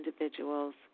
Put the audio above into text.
individuals